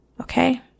okay